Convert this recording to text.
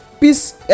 Peace